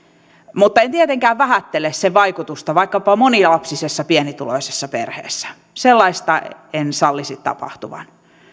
mutta en tietenkään vähättele sen vaikutusta vaikkapa monilapsisessa pienituloisessa perheessä sellaista en sallisi tapahtuvan